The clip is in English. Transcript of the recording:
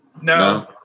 no